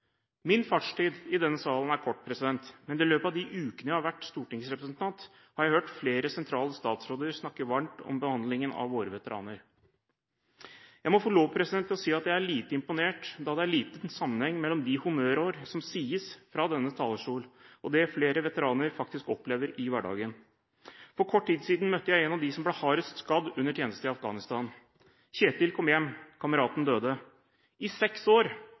Min fartstid i denne salen er kort, men i løpet av de ukene jeg har vært stortingsrepresentant, har jeg hørt flere sentrale statsråder snakke varmt om behandlingen av våre veteraner. Jeg må få lov til å si at jeg er lite imponert, da det er liten sammenheng mellom de honnørord som sies fra denne talerstolen, og det som flere veteraner faktisk opplever i hverdagen. For kort tiden siden møtte jeg én av de som ble hardest skadd under tjeneste i Afghanistan. Kjetil kom hjem, kameraten døde. I seks år